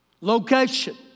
Location